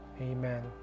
Amen